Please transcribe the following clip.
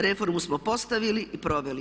Reformu smo postavili i proveli.